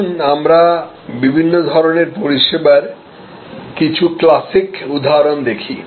আসুন আমরা বিভিন্ন ধরণের পরিষেবার কিছু ক্লাসিক উদাহরণ দেখি